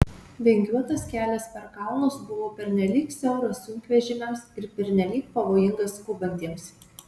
vingiuotas kelias per kalnus buvo pernelyg siauras sunkvežimiams ir pernelyg pavojingas skubantiems